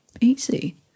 easy